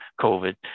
COVID